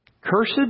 Cursed